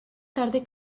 tarde